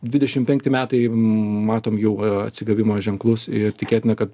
dvidešim penkti metai matom jau atsigavimo ženklus ir tikėtina kad